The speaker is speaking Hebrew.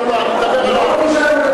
לא לא, אני מדבר על החוק,